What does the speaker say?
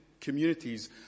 communities